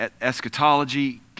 Eschatology